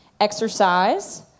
Exercise